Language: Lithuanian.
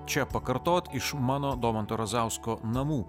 čia pakartot iš mano domanto razausko namų